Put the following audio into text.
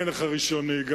ואם אין לך רשיון נהיגה?